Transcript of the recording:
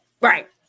Right